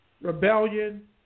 rebellion